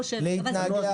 להתנגח